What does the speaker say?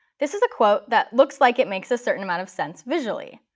this is a quote that looks like it makes a certain amount of sense visually.